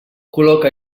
col·loca